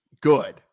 good